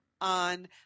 On